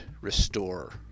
restore